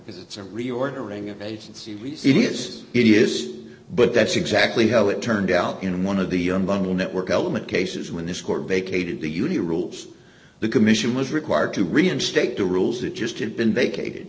because it's a reordering of agency receipt is in years but that's exactly how it turned out in one of the your money network element cases when this court vacated the union rules the commission was required to reinstate the rules it just didn't been vacated